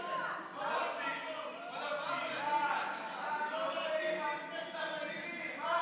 אבל אם אנחנו מדברים על כסף, ככל שנקדים את